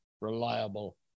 reliable